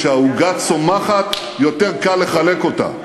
כשהעוגה צומחת יותר קל לחלק אותה,